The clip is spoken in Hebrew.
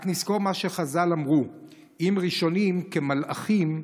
רק נזכור מה שחז"ל אמרו: "אם ראשונים כמלאכים,